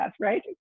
right